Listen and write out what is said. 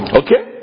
okay